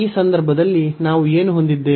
ಈ ಸಂದರ್ಭದಲ್ಲಿ ನಾವು ಏನು ಹೊಂದಿದ್ದೇವೆ